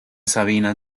sabina